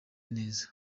neza